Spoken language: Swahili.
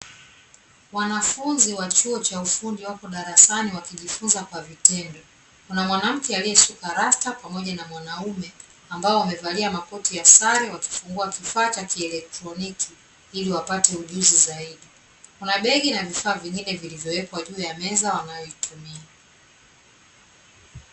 Wanafunzi wa chuo cha ufundi wapo darasani wakijifunza kwa vitendo, kuna mwanamke aliyesuka rasta pamoja na mwanaume ambao wamevalia makoti ya sare wakifungua kifaa cha kielektroniki ili wapate ujuzi zaidi, kuna begi na vifaa vingine vilivyowekwa juu ya meza wanayoitumia .